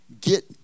get